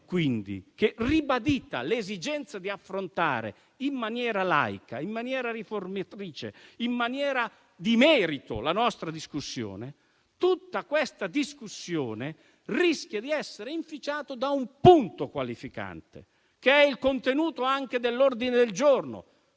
quindi che, ribadita l'esigenza di affrontare in maniera laica, riformatrice, di merito la nostra discussione, tutto questo dibattito rischia di essere inficiato da un punto qualificante, che è anche il contenuto degli ordini del giorno